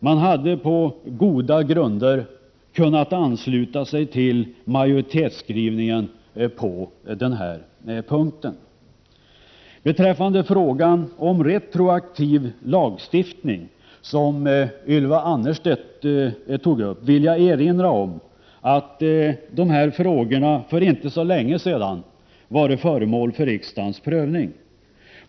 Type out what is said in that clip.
De hade här på goda grunder kunnat ansluta sig till majoritetsskrivningen. Beträffande frågan om retroaktiv lagstiftning, som Ylva Annerstedt tog upp, vill jag erinra om att de här frågorna för inte så länge sedan varit föremål för riksdagens prövning.